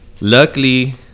Luckily